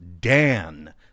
Dan